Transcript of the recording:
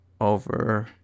over